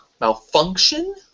malfunction